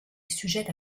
sujette